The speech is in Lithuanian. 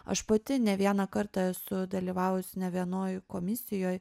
aš pati ne vieną kartą esu dalyvavusi ne vienoj komisijoj